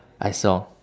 I saw